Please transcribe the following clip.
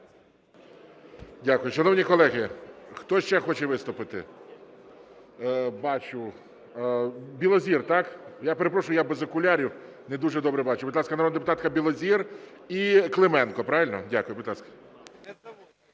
Дякую. Шановні колеги, хто ще хоче виступити? Бачу, Білозір. Так? Я перепрошую, я без окулярів, не дуже добре бачу. Будь ласка, народна депутатка Білозір і Клименко, правильно. Дякую. Будь ласка.